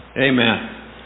Amen